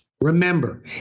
Remember